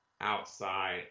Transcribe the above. outside